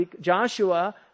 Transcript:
Joshua